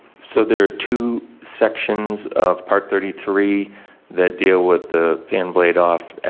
so there are two sections of part thirty three that deal with the fan blade off